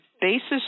basis